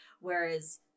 whereas